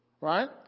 Right